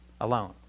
alone